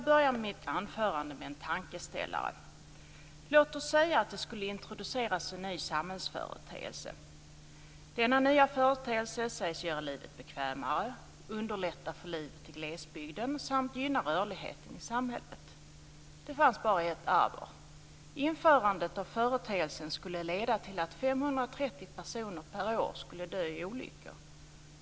Det här föranledde oss att ställa krav på en ny inriktning. Trafiksäkerhetsarbetet måste få nya mål och nya medel. Man fick också i uppdrag från Vägverket att se över sitt arbete och utvärdera de åtgärder som man hade vidtagit. Det här gjordes av Transportøkonomisk institutt i Oslo.